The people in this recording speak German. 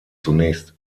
zunächst